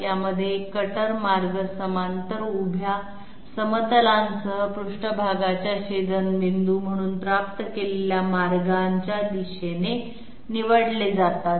यामध्ये एक कटर मार्ग समांतर उभ्या समतलांसह पृष्ठभागाच्या छेदनबिंदू म्हणून प्राप्त केलेल्या मार्गांच्या दिशेने निवडले जातात